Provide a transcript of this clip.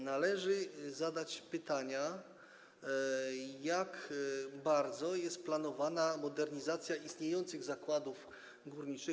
Należy zadać pytania, jak bardzo jest planowana modernizacja istniejących zakładów górniczych.